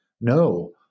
No